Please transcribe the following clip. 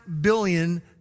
billion